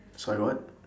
sorry what